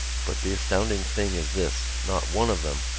but the astonishing thing is this. not one of them,